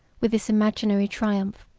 with this imaginary triumph,